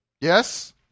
Yes